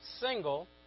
single